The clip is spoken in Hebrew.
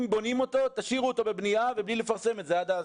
אם בונים אותו תשאירו אותו בבנייה בלי לפרסם את זה עד אז,